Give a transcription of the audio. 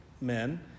men